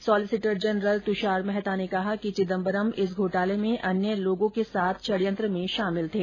solicitor general Tushar Mehta ने कहा कि चिदम्बरम इस घोटाले में अन्य लोगों के साथ षडयंत्र में शामिल थे